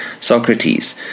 Socrates